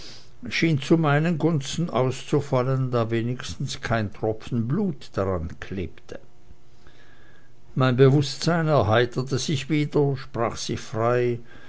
schien zu mei nen gunsten auszufallen da wenigstens kein tropfen blut daran klebte mein bewußtsein erheiterte sich wieder sprach sich frei